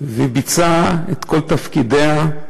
וביצעה את כל תפקידיה.